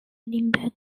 edinburgh